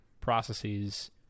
processes